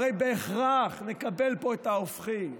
הרי בהכרח נקבל פה את ההופכי.